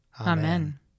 Amen